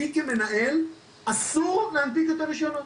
לי כמנהל אסור להנפיק יותר רישיונות